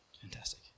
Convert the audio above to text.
Fantastic